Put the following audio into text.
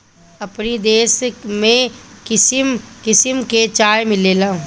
अपनी देश में किसिम किसिम के चाय मिलेला